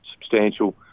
substantial